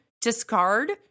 discard